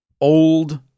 old